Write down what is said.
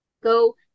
go